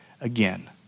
again